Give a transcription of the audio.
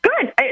Good